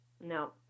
no